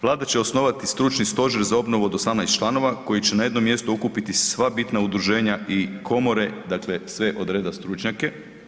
Vlada će osnovati stručni stožer za obnovu od 18 članova koja će na jednom mjestu okupiti sva bitna udruženja i komore, dakle, sve od reda stručnjake.